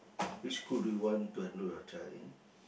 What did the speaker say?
which school do you want to enroll your child in